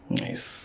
nice।